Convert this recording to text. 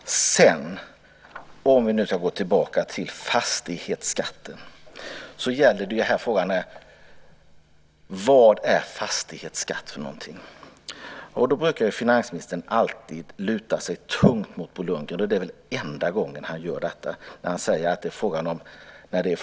Om vi nu ska gå tillbaka till fastighetsskatten är frågan: Vad är fastighetsskatt för någonting? Då brukar finansministern alltid luta sig tungt mot Bo Lundgren. Det är enda gången som han gör detta när det är fråga om en kapitalskatt.